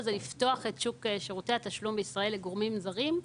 היא לפתוח את שוק שירותי התשלום בישראל לגורמים זרים,